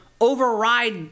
override